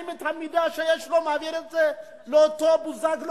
האם את המידע שיש לו הוא מעביר לאותו בוזגלו,